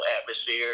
atmosphere